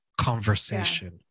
conversation